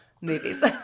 movies